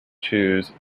choose